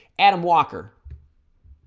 adam walker